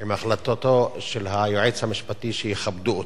עם החלטתו של היועץ המשפטי, שיכבדו אותה.